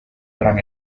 gran